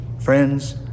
friends